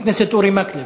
חבר הכנסת אורי מקלב.